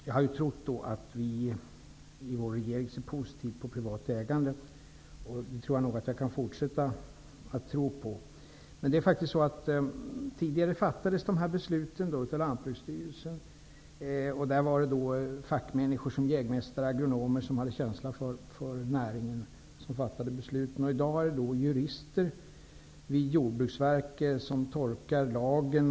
Jag har trott att nuvarande regering skulle se positivt på privat ägande, och det kan jag nog fortsätta att tro. Tidigare fattade Lantbruksstyrelsen dessa beslut, och där ingick fackmänniskor såsom jägmästare och agronomer som hade känsla för näringen. I dag är det jurister vid Jordbruksverket som tolkar lagen.